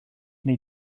wnei